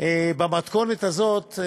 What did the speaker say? במתכונת הזאת.